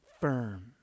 firm